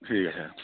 ঠিক আছে